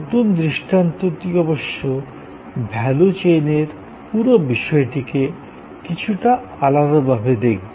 নতুন দৃষ্টান্তটি অবশ্য ভ্যালু চেইনের পুরো বিষয়টিকে কিছুটা আলাদাভাবে দেখবে